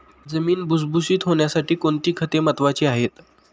जमीन भुसभुशीत होण्यासाठी कोणती खते महत्वाची आहेत?